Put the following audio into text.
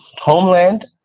Homeland